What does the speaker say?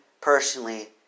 personally